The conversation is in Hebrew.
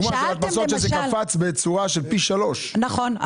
זה קפץ פי 3. נכון.